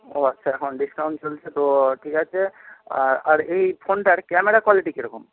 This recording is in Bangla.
ও আচ্ছা এখন ডিসকাউন্ট চলছে তো ঠিক আছে আর আর এই ফোনটার ক্যামেরা কোয়ালিটি কীরকম